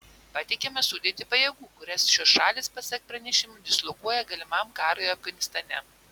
pateikiame sudėtį pajėgų kurias šios šalys pasak pranešimų dislokuoja galimam karui afganistane